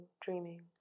dreaming